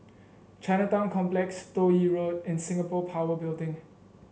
Chinatown Complex Toh Yi Road and Singapore Power Building